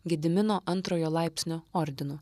gedimino antrojo laipsnio ordinu